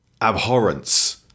abhorrence